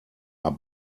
are